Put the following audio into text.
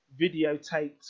videotaped